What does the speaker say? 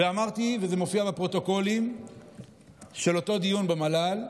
וזה מופיע בפרוטוקולים של אותו דיון במל"ל